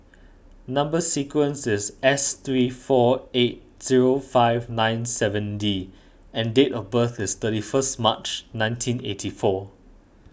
Number Sequence is S three four eight zero five nine seven D and date of birth is thirty first March nineteen eighty four